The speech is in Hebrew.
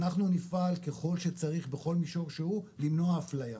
אנחנו נפעל ככל שצריך בכל מישור שהוא למנוע אפליה.